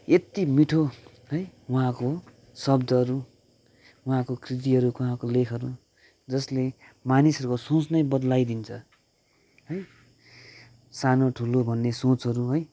यति मिठो है उँहाँको शब्दहरू उहाँको कृतिहरू उहाँको लेखहरू जसले मानिसहरूको सोच नै बदलाइदिन्छ है सानो ठुलो भन्ने सोचहरू है